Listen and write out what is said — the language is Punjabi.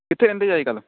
ਕਿੱਥੇ ਰਹਿੰਦੇ ਜੀ ਅੱਜ ਕੱਲ੍ਹ